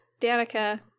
danica